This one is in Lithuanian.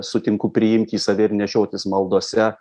sutinku priimt į save ir nešiotis maldose